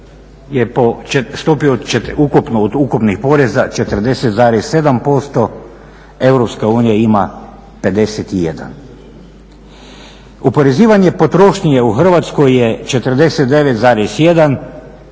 je po stopi, od ukupnih poreza 40,7%, Europska unija ima 51. Oporezivanje potrošnje u Hrvatskoj je 49,1,